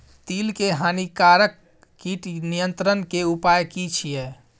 तिल के हानिकारक कीट नियंत्रण के उपाय की छिये?